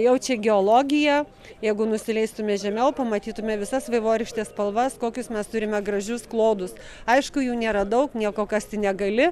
jau čia geologija jeigu nusileistume žemiau pamatytume visas vaivorykštės spalvas kokius mes turime gražius klodus aišku jų nėra daug nieko kasti negali